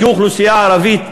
כאוכלוסייה ערבית,